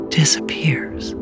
disappears